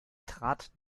trat